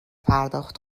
پرداخت